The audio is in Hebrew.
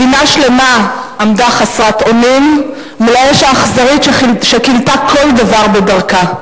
מדינה שלמה עמדה חסרת אונים מול האש האכזרית שכילתה כל דבר בדרכה.